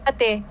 Ate